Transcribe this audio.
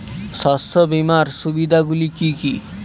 শস্য বীমার সুবিধা গুলি কি কি?